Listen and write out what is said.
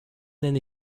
nenne